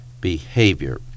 behavior